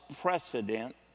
precedent